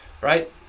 Right